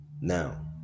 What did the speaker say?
Now